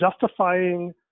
justifying